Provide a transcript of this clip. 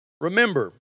Remember